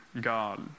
God